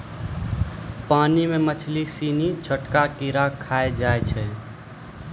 पानी मे मछली सिनी छोटका कीड़ा खाय जाय छै